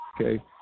Okay